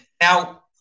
Now